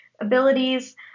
abilities